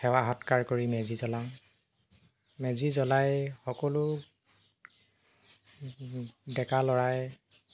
সেৱা সৎকাৰ কৰি মেজি জ্বলাওঁ মেজি জ্বলাই সকলো ডেকা ল'ৰাই